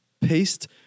paste